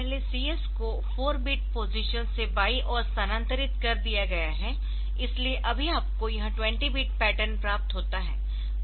पहले CS को 4 bit positions से बाई ओर स्थानांतरित कर दिया गया है इसलिए अभी आपको यह 20 बिट पैटर्न प्राप्त होता है